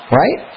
right